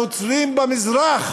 הנוצרים במזרח